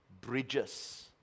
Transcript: Bridges